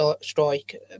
strike